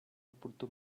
oportú